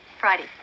Friday